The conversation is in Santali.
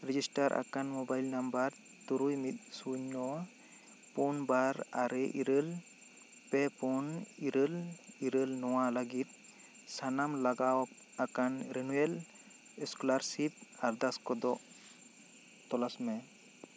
ᱨᱮᱡᱤᱥᱴᱟᱨ ᱟᱠᱟᱱ ᱢᱚᱵᱟᱭᱤᱞ ᱱᱟᱢᱵᱟᱨ ᱛᱩᱨᱩᱭ ᱢᱤᱫ ᱥᱩᱱᱱᱚ ᱯᱩᱱ ᱵᱟᱨ ᱟᱨᱮ ᱤᱨᱟᱹᱞ ᱯᱮ ᱯᱩᱱ ᱤᱨᱟᱹᱞ ᱤᱨᱟᱹᱞ ᱱᱚᱣᱟ ᱞᱟᱹᱜᱤᱫ ᱥᱟᱱᱟᱢ ᱞᱟᱜᱟᱣ ᱟᱠᱟᱱ ᱨᱮᱱᱩᱭᱮᱞ ᱮᱥᱠᱚᱞᱟᱨ ᱥᱤᱯ ᱟᱨᱫᱟᱥ ᱠᱚᱫᱚ ᱛᱚᱞᱟᱥ ᱢᱮ